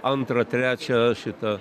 antrą trečią šitą